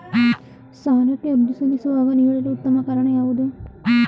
ಸಾಲಕ್ಕೆ ಅರ್ಜಿ ಸಲ್ಲಿಸುವಾಗ ನೀಡಲು ಉತ್ತಮ ಕಾರಣ ಯಾವುದು?